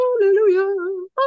Hallelujah